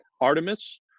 Artemis